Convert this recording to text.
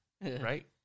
right